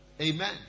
Amen